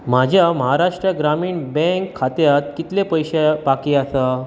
म्हाज्या महाराष्ट्र ग्रामीण बँक खात्यांत कितलें पयशें बाकी आसात